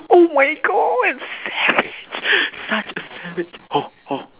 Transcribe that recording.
oh my god savage such a savage